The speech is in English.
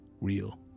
real